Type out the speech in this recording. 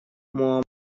муамар